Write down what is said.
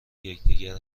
یکدیگر